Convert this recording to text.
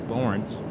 Lawrence